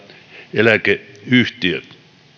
eläkeyhtiöt